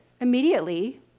immediately